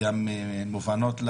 גם מובנות,